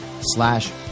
slash